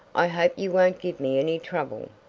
i hope you won't give me any trouble.